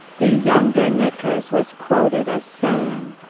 the younger nickarz was quoted as saying,